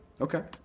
Okay